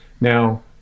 Now